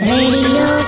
Radio